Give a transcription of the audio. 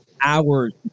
hours